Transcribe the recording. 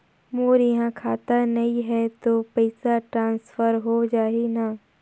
मोर इहां खाता नहीं है तो पइसा ट्रांसफर हो जाही न?